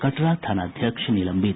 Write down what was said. कटरा थानाध्यक्ष निलंबित